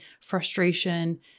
frustration